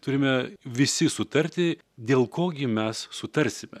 turime visi sutarti dėl ko gi mes sutarsime